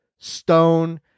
Stone